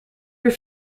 were